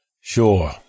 Sure